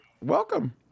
welcome